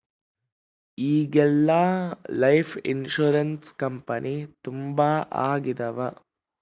ಈಗೆಲ್ಲಾ life insurance company ತುಂಬಾ ಆಗಿದವ